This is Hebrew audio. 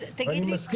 אז תגיד לי,